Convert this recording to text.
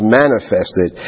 manifested